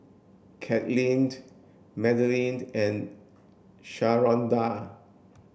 Katlynn Madalyn and Sharonda